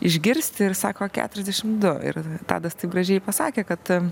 išgirsti ir sako keturiasdešim du ir tadas taip gražiai pasakė kad